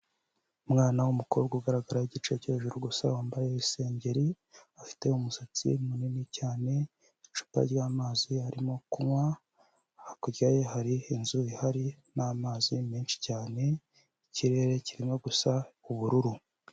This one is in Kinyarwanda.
Umwana w'umukobwa ugaragara igice cyo hejuru gusa wambaye isengeri afite umusatsi munini cyane, icupa ry'amazi arimo kunywa, hakurya ye hari inzu ihari n'amazi menshi cyane, ikirere kirimo gusa ubururu.